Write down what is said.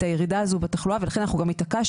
הירידה הזו בתחלואה ולכן אנחנו גם התעקשנו,